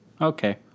okay